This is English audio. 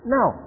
Now